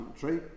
country